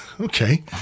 Okay